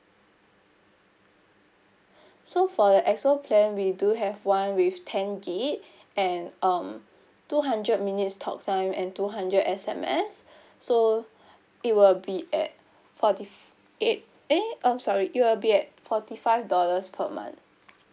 so for the X_O plan we do have one with ten G_B and um two hundred minutes talk time and two hundred S_M_S so it will be at forty eight eh orh sorry it will be at forty five dollars per month